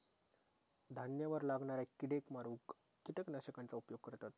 धान्यावर लागणाऱ्या किडेक मारूक किटकनाशकांचा उपयोग करतत